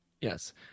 Yes